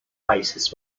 países